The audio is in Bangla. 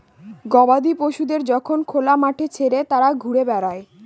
গবাদি পশুদের যখন খোলা মাঠে ছেড়ে তারা ঘুরে বেড়ায়